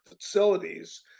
facilities